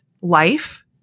life